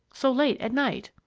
so late at night.